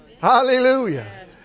Hallelujah